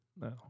No